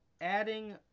adding